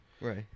Right